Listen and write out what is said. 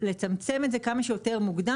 לצמצם את זה כמה שיותר מוקדם,